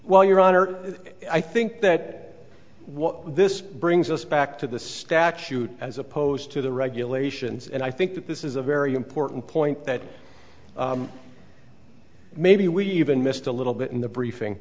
well your honor i think that what this brings us back to the statute as opposed to the regulations and i think that this is a very important point that maybe we even missed a little bit in the briefing